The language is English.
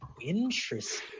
Interesting